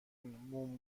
موم